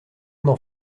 monde